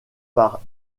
par